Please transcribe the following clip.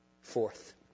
Fourth